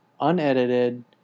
unedited